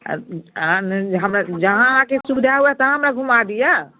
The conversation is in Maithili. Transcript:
अऽ आराम मिल जाइत हमर जहाँ अहाँकेँ सुविधा हुअ तहाँ हमरा घुमा दिअ